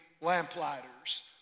lamplighters